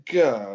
go